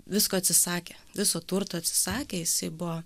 visko atsisakė viso turto atsisakė jisai buvo